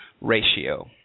ratio